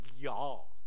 y'all